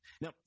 Now